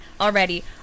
already